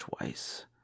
twice